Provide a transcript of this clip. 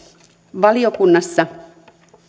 valiokunnassa